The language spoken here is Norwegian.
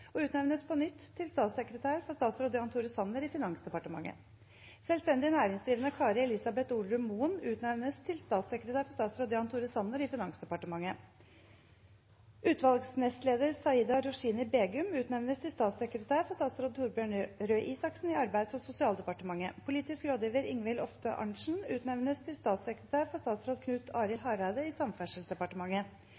og utnevnes på nytt til statssekretær for statsråd Jan Tore Sanner i Finansdepartementet. Selvstendig næringsdrivende Kari Elisabeth Olrud Moen utnevnes til statssekretær for statsråd Jan Tore Sanner i Finansdepartementet. Utvalgsnestleder Saida Roshini Begum utnevnes til statssekretær for statsråd Torbjørn Røe Isaksen i Arbeids- og sosialdepartementet. Politisk rådgiver Ingvild Ofte Arntsen utnevnes til statssekretær for statsråd Knut Arild